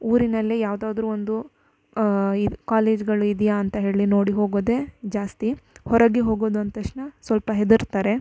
ಊರಿನಲ್ಲೆ ಯಾವುದಾದ್ರು ಒಂದು ಈ ಕಾಲೇಜ್ಗಳು ಇದೆಯಾ ಅಂತ ಹೇಳಿ ನೋಡಿ ಹೋಗೋದೇ ಜಾಸ್ತಿ ಹೊರಗೆ ಹೋಗೋದು ಅಂದ ತಕ್ಷಣ ಸ್ವಲ್ಪ ಹೆದರ್ತಾರೆ